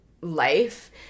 life